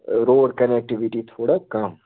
road connectivity تھوڑا کَم